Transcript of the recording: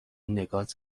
نگات